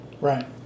Right